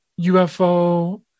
UFO